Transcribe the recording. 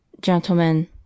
Gentlemen